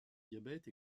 diabète